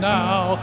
now